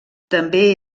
també